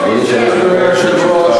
היושב-ראש,